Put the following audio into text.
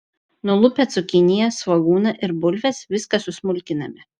nulupę cukiniją svogūną ir bulves viską susmulkiname